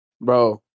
bro